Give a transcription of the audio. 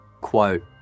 Quote